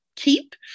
Keep